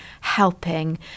helping